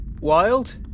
Wild